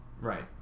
Right